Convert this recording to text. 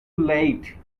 late